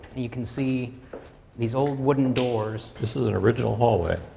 you can see these old wooden doors. this is an original hallway.